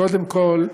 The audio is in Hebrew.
קודם כול,